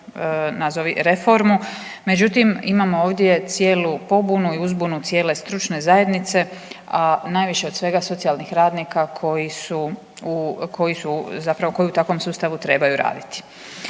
nazovi reformu međutim imamo ovdje cijelu pobunu i uzbunu cijele stručne zajednice, a najviše od svega socijalnih radnika koji su u, koji su zapravo koji u takvom sustavu trebaju raditi.